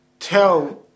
Tell